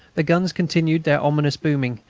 the guns continued their ominous booming,